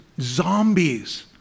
zombies